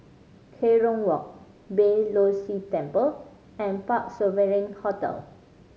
Kerong Walk Beeh Low See Temple and Parc Sovereign Hotel